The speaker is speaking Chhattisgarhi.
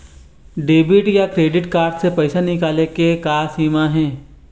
डेबिट या क्रेडिट कारड से पैसा निकाले के का सीमा हे?